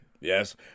Yes